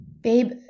Babe